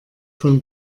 von